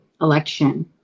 election